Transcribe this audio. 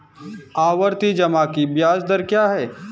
आवर्ती जमा की ब्याज दर क्या है?